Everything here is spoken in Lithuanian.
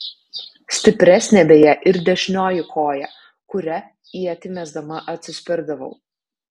stipresnė beje ir dešinioji koja kuria ietį mesdama atsispirdavau